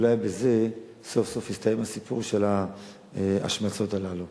אולי בזה סוף-סוף יסתיים הסיפור של ההשמצות הללו.